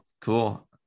Cool